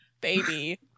baby